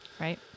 Right